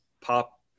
pop